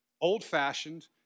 old-fashioned